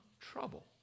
trouble